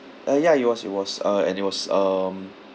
uh ya it was it was uh and it was um